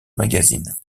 magazines